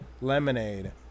lemonade